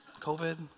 COVID